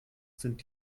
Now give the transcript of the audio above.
sind